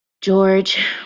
George